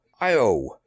Io